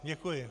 Děkuji.